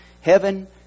Heaven